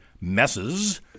messes